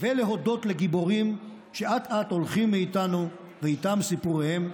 ולהודות לגיבורים שאט-אט הולכים מאיתנו ואיתם סיפוריהם,